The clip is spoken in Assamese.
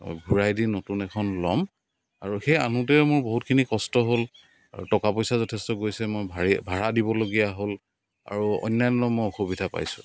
ঘূৰাই দি নতুন এখন ল'ম আৰু সেই আনোতেও মোৰ বহুতখিনি কষ্ট হ'ল আৰু টকা পইচা যথেষ্ট গৈছে মই ভাড়ী ভাড়া দিবলগীয়া হ'ল আৰু অন্যান্য মই অসুবিধা পাইছোঁ